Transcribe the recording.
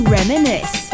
Reminisce